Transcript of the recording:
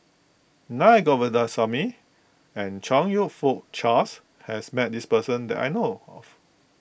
Naa Govindasamy and Chong You Fook Charles has met this person that I know of